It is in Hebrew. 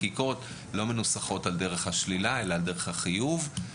חלק מהעלות של הצולל בצלילת היכרות היא פוליסת ביטוח